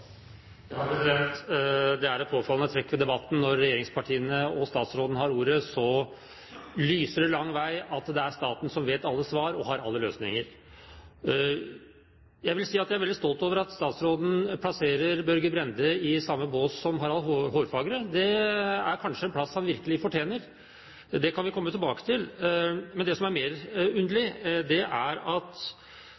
statsråden har ordet, lyser det lang vei at det er staten som har alle svar og alle løsninger. Jeg vil si at jeg er veldig stolt over at statsråden plasserer Børge Brende i sammen bås som Harald Hårfagre. Det er kanskje en plass han virkelig fortjener – det kan vi komme tilbake til. Men det som er underlig,